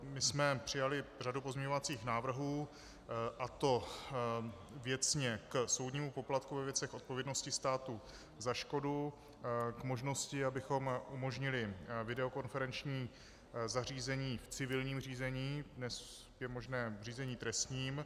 My jsme přijali řadu pozměňovacích návrhů, a to věcně k soudnímu poplatku ve věcech odpovědnosti státu za škodu, k možnosti, abychom umožnili videokonferenční zařízení v civilním řízení, dnes je to možné v řízení trestním.